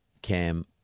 Cam